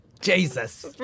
Jesus